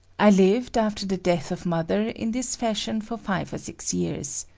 i lived, after the death of mother, in this fashion for five or six years.